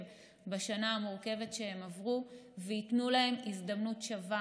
בשנה המורכבת שהם עברו וייתנו להם הזדמנות שווה,